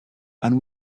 and